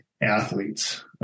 athletes